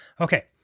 Okay